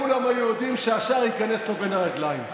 כולם היו יודעים שהשער ייכנס לו בין הרגליים.